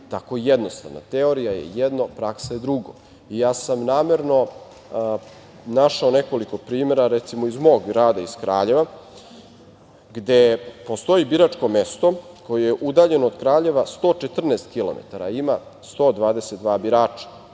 tako jednostavna. Teorija je jedno, praksa je drugo. Namerno sam našao nekoliko primera, recimo, iz mog grada, iz Kraljeva, gde postoji biračko mesto koje je udaljeno od Kraljeva 114 kilometara,